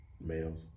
males